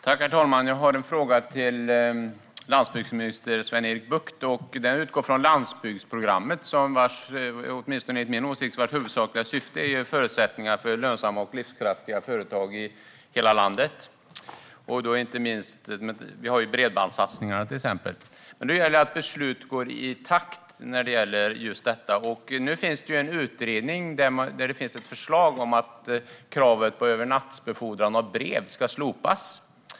Herr talman! Jag har en fråga till landsbygdsminister Sven-Erik Bucht. Den utgår från landsbygdsprogrammet, vars huvudsakliga syfte enligt min åsikt är att ge förutsättningar för lönsamma och livskraftiga företag i hela landet. Vi har till exempel bredbandssatsningarna. Det gäller att besluten går i takt. Nu finns en utredning som har kommit med förslag om att kravet på övernattsbefordran av brev ska slopas.